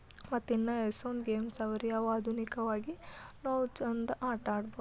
ಮತ್ತಿನ್ನು ಎಷ್ಟೊಂದು ಗೇಮ್ಸ್ ಅವ ರೀ ಅವು ಆಧುನಿಕವಾಗಿ ನಾವು ಚೆಂದ ಆಟಾಡ್ಬೋದು